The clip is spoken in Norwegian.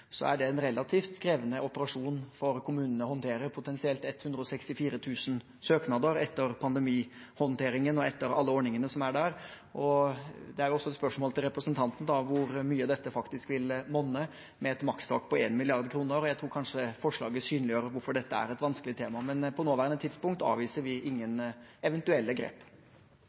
er det en relativt krevende operasjon for kommunene å håndterer potensielt 164 000 søknader etter pandemihåndteringen og etter alle ordningene som er der. Det er også et spørsmål til representanten hvor mye dette faktisk vil monne med et makstak på 1 mrd. kr. Jeg tror kanskje forslaget synliggjør hvorfor dette er et vanskelig tema, men på nåværende tidspunkt avviser vi ingen eventuelle grep.